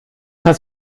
passt